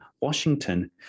Washington